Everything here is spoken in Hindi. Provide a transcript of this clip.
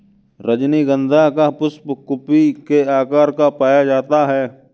रजनीगंधा का पुष्प कुपी के आकार का पाया जाता है